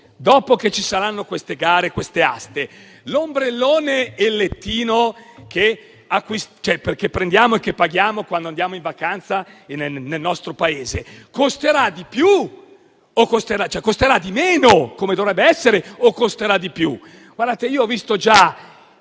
dopo che ci saranno queste gare e queste aste, l'ombrellone e il lettino che prendiamo e paghiamo quando andiamo in vacanza nel nostro Paese costeranno di meno, come dovrebbe essere, o di più?